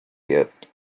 yet